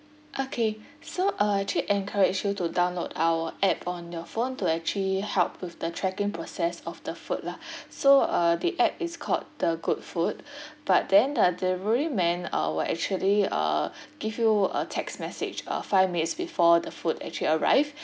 okay so uh actually encourage you to download our app on your phone to actually help with the tracking process of the food lah so uh the app is called the good food but then the delivery man uh will actually uh give you a text message uh five minutes before the food actually arrive